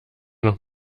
noch